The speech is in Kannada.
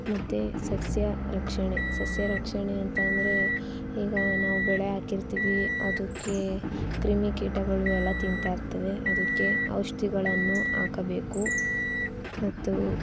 ಮತ್ತೆ ಸಸ್ಯ ರಕ್ಷಣೆ ಸಸ್ಯ ರಕ್ಷಣೆ ಅಂತಂದ್ರೆ ಈಗ ನಾವು ಬೆಳೆ ಹಾಕಿರ್ತೀವಿ ಅದಕ್ಕೆ ಕ್ರಿಮಿ ಕೀಟಗಳು ಎಲ್ಲ ತಿಂತಾಯಿರ್ತವೆ ಅದಕ್ಕೆ ಔಷಧಿಗಳನ್ನು ಹಾಕಬೇಕು ಮತ್ತು